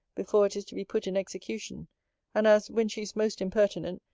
before it is to be put in execution and as, when she is most impertinent,